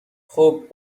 خوب